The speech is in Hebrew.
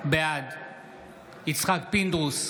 בעד יצחק פינדרוס,